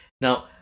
Now